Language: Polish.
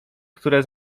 które